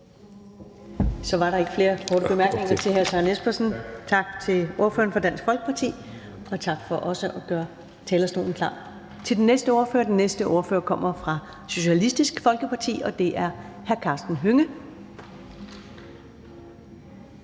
Så er der ikke flere korte bemærkninger til hr. Søren Espersen. Tak til ordføreren for Dansk Folkeparti, og også tak for at gøre talerstolen klar til den næste ordfører. Den næste ordfører kommer fra Socialistisk Folkeparti, og det er hr. Karsten Hønge.